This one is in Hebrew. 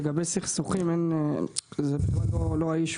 לגבי סכסוכים זה בכלל לא העניין,